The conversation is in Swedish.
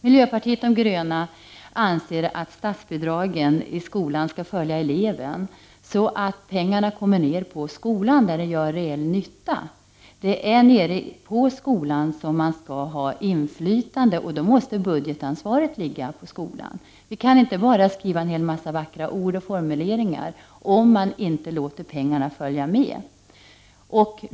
Miljöpartiet de gröna anser att statsbidragen på skolområdet skall följa eleven, så att pengarna kommer ner på skolan där de gör reell nytta. Det är på skolan som man skall ha inflytande, och då måste budgetansvaret ligga på skolan. Vi kan inte bara skriva en hel massa vackra ord om vi inte också låter pengarna följa med.